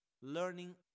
Learning